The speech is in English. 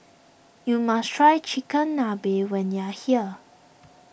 you must try Chigenabe when you are here